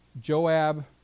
Joab